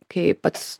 kai pats